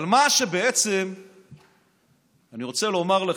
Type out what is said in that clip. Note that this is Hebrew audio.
אבל מה שבעצם אני רוצה לומר לכם: